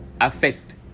affect